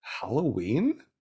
Halloween